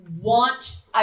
want